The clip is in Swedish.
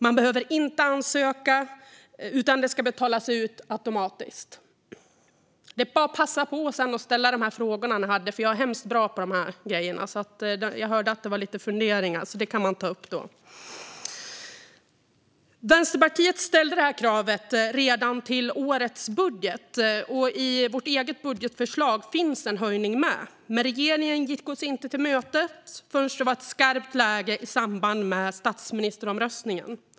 Man behöver inte ansöka, utan det ska betalas ut automatiskt. Det är bara att passa på sedan att ställa de frågor som ni har, för jag är hemskt bra på de här grejerna. Jag hörde att det var lite funderingar, så dem kan ni ta upp. Vänsterpartiet ställde detta krav redan till årets budget, och i vårt eget budgetförslag finns en höjning med. Men regeringen gick oss inte till mötes förrän det var ett skarpt läge i samband med statsministeromröstningen.